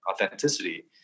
authenticity